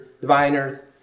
diviners